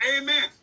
Amen